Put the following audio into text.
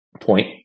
point